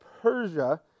Persia